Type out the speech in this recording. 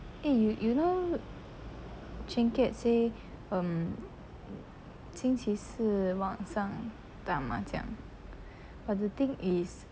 eh you~ you know chin kiat say um 星期四晚上打麻将:xing qi si wan shang da ma jiangang but the thing is